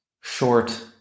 short